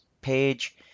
page